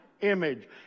image